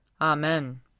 Amen